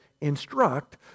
instruct